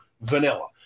vanilla